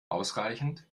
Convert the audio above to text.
ausreichend